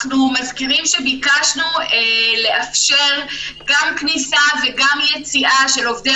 אנחנו מזכירים שביקשנו לאפשר גם כניסה וגם יציאה של עובדי